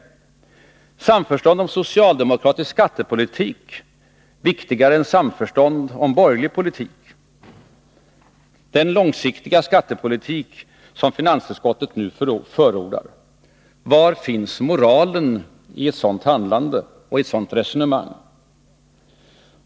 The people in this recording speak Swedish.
Samförstånd om socialdemokratisk skattepolitik viktigare än samförstånd om borgerlig politik, den långsiktiga skattepolitik som finansutskottet förordar — var finns moralen i ett sådant handlande och i ett sådant resonemang?